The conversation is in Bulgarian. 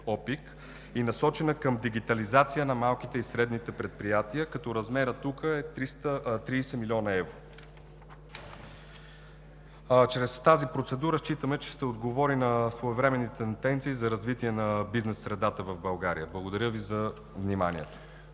ОПИК и насочена към дигитализация на малките и средните предприятия, като размерът тук е 30 млн. евро. Чрез тази процедури считаме, че ще отговорим на своевременните тенденции за развитие на бизнес средата в България. Благодаря Ви за вниманието.